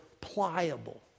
pliable